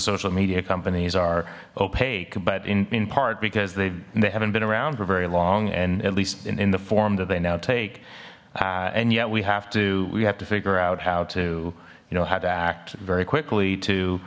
social media companies are opaque but in part because they they haven't been around for very long and at least in the form that they now take and yet we have to we have to figure out how to you know how to act very quickly to